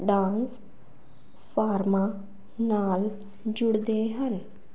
dance ਫਾਰਮਾਂ ਨਾਲ ਜੁੜਦੇ ਹਨ